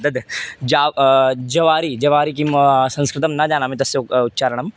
दद् जाव् जवारि जवारि किं संस्कृतं न जानामि तस्य उच्चारणम्